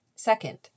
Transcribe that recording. Second